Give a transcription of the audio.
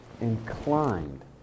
inclined